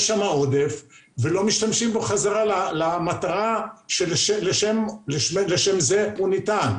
יש שם עודף ולא משתמשים בו בחזרה למטרה שלשמה הוא ניתן.